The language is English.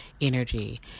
energy